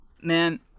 Man